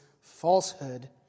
falsehood